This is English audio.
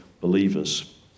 believers